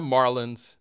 Marlins